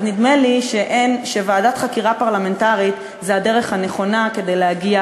נדמה לי שוועדת חקירה פרלמנטרית זו הדרך הנכונה כדי להגיע